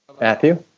Matthew